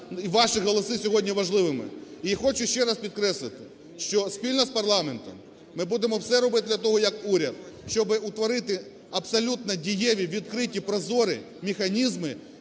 ваші голоси є сьогодні важливими. І хочу ще раз підкреслити, що спільно з парламентом ми будемо все робити для того як уряд, щоб утворити абсолютно дієві, відкриті, прозорі механізми